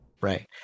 Right